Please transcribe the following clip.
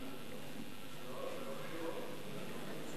נתקבל.